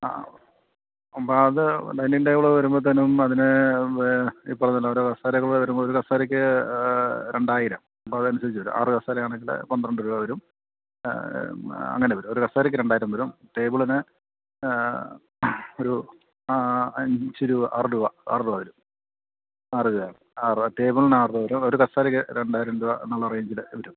ആ അപ്പം അത് ഡൈനിങ്ങ് ടേബിള് വരുമ്പോത്തനും അതിന് ഇപ്പം അതല്ല ഒരു കസേരകൾ വരുമ്പോൾ ഒരു കസേരയ്ക്ക് രണ്ടായിരം അപ്പം അതനുസരിച്ച് വരും അറ് കസേര ആണെങ്കിൽ പന്ത്രണ്ട് രൂപ വരും അങ്ങനെ വരും ഒരു കസേരയ്ക്ക് രണ്ടായിരം വരും ടേബിളിന് ഒരു അഞ്ച് രൂപ ആറ് രൂപ അറ് രൂപ വരും ആറ് രൂപ ആറ് ടേബിളിന് അറ് വരും ഒരു കസേരയ്ക്ക് രണ്ടായിരം രൂപ എന്നുള്ള റേഞ്ചില് വരും